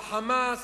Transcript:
ל"חמאס",